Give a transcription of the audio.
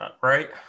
right